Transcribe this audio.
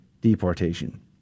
deportation